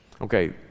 Okay